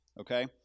okay